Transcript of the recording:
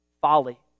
folly